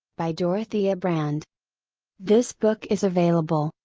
by dorothea brande this book is available,